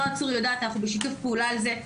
אנחנו בשיתוף פעולה על זה.